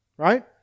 Right